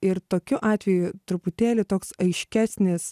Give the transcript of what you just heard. ir tokiu atveju truputėlį toks aiškesnis